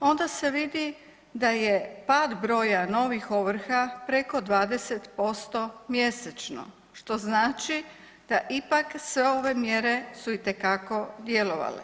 onda se vidi da je pad broja novih ovrha preko 20% mjesečno što znači da ipak sve ove mjere su itekako djelovale.